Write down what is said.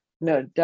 no